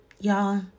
Y'all